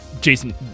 Jason